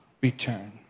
return